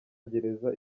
gereza